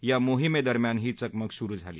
या मोहिमेदरम्यान ही चकमक सुरु झाली